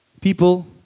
People